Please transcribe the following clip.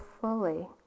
fully